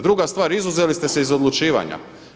Druga stvar, izuzeli ste se iz odlučivanja.